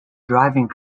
driving